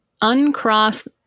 uncross